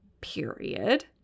Period